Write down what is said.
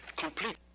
complete